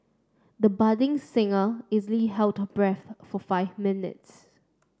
the budding singer easily held her breath for five minutes